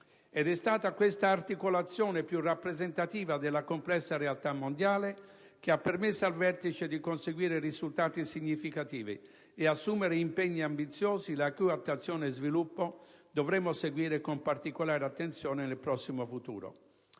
Ed è stata questa articolazione più rappresentativa della complessa realtà mondiale che ha permesso al vertice di conseguire risultati significativi e assumere impegni ambiziosi la cui attuazione e sviluppo dovremo seguire con particolare attenzione nel prossimo futuro.